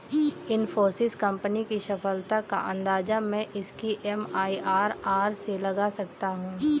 Infosys company की सफलता का अंदाजा मैं इसकी एम.आई.आर.आर से लगा सकता हूँ